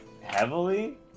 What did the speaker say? Heavily